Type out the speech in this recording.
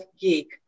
Geek